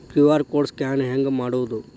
QR code scan ಹೆಂಗ್ ಮಾಡೋದು?